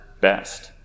best